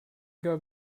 gab